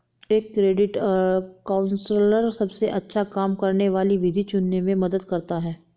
एक credit counsellor सबसे अच्छा काम करने वाली विधि चुनने में मदद करता है